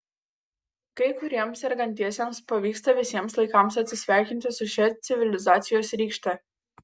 kai kuriems sergantiesiems pavyksta visiems laikams atsisveikinti su šia civilizacijos rykšte